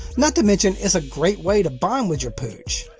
not to mention it's a great way to bond with your pooch.